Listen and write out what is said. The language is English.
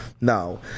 now